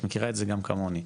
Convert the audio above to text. את מכירה את ה כמעט כמוני.